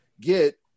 get